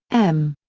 m.